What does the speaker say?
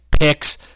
picks